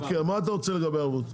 אוקיי, מה אתה רוצה לגבי הערבות?